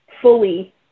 fully